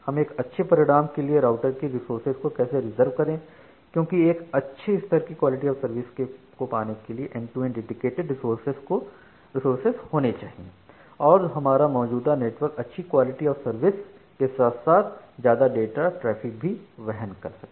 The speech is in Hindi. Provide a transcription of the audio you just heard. हम एक अच्छे परिणाम के लिए राउटर के रिसोर्सज कैसे रिजर्व करें क्योंकि एक अच्छे स्तर के क्वालिटी ऑफ़ सर्विस को पाने के लिए end to end dedicated resources होने चाहिए और हमारा मौजूदा नेटवर्क अच्छी क्वालिटी ऑफ सर्विस के साथ साथ ज्यादा डाटा ट्रैफिक भी वहन कर सके